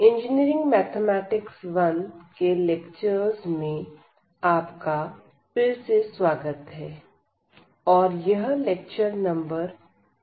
engineering mathematics 1 के lectures में आपका फिर से स्वागत है और यह लेक्चर नंबर 30 है